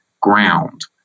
ground